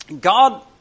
God